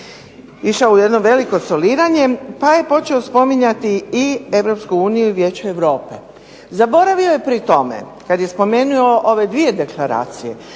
išao u jedno veliko soliranje pa je počeo spominjati i EU i Vijeće Europe. Zaboravio je pri tome kad je spomenuo ove 2 deklaracije